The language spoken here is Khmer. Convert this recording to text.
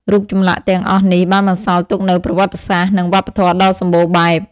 រូបចម្លាក់ទាំងអស់នេះបានបន្សល់ទុកនូវប្រវត្តិសាស្ត្រ និងវប្បធម៌ដ៏សម្បូរបែប។